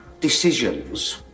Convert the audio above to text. decisions